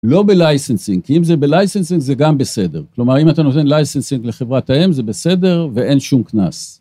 לא בלייסנצינג, כי אם זה בלייסנצינג זה גם בסדר. כלומר אם אתה נותן לייסנצינג לחברת האם זה בסדר ואין שום קנס.